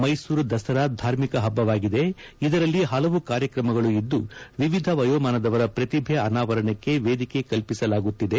ಮೈಸೂರು ದಸರಾ ಧಾರ್ಮಿಕ ಹಬ್ಬವಾಗಿದೆ ಇದರಲ್ಲಿ ಹಲವು ಕಾರ್ಯಕ್ರಮಗಳು ಇದ್ದು ವಿವಿಧ ವಯೋಮಾನದವರ ಪ್ರತಿಭೆ ಅನಾವರಣಕ್ಕೆ ವೇದಿಕೆ ಕಲ್ಪಿಸಲಾಗುತ್ತಿದೆ